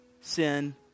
sin